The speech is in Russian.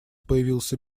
появился